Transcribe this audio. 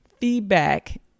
Feedback